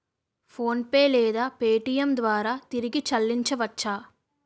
PhonePe లేదా Paytm ద్వారా తిరిగి చల్లించవచ్చ?